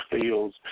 fields